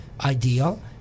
ideal